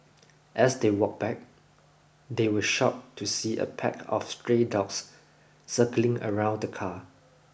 as they walked back they were shocked to see a pack of stray dogs circling around the car